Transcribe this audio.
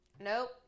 Nope